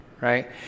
right